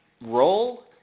role